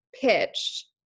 pitched